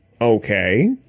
Okay